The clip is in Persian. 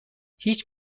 هیچ